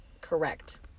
correct